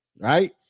Right